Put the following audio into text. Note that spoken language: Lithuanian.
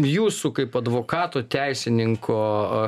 jūsų kaip advokato teisininko